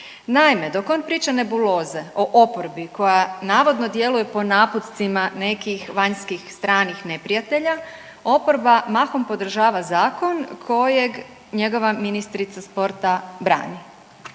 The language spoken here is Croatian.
Naime, dok on priča nebuloze o oporbi koja navodno djeluje po napucima nekih vanjskih stranih neprijatelja, oporba mahom podržava zakon kojeg njegova ministrica sporta brani,